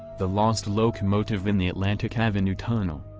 the lost locomotive in the atlantic avenue tunnel.